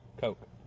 Coke